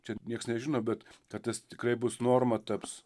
čia nieks nežino bet kad tas tikrai bus norma taps